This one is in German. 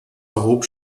erhob